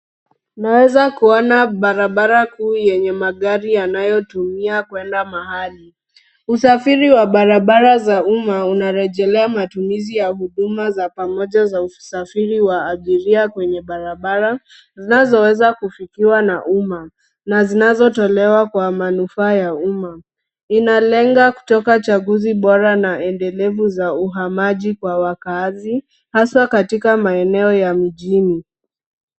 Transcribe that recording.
Naweza kuona barabara kuu yenye magari yanayotumia kwenda mahali. Usafiri wa barabara za umma, unarejelea matumizi ya huduma za pamoja za usafiri wa abiria kwenye barabara zinazoweza kufikiwa na umma na zinazotolewa kwa manufaa ya umma. Inalenga kutoka chaguzi bora na endelevu za uhamaji kwa wakaazi hasa katika maeneo ya mijini.